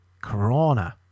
Corona